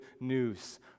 news